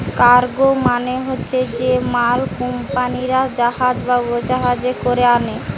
cargo মানে হচ্ছে যে মাল কুম্পানিরা জাহাজ বা উড়োজাহাজে কোরে আনে